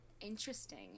Interesting